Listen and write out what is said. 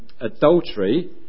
adultery